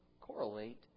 correlate